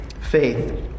faith